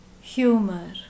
humor